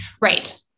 right